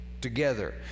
together